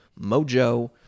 mojo